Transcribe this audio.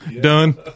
Done